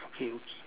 okay